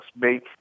make